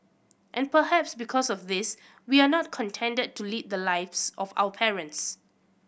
and perhaps because of this we are not contented to lead the lives of our parents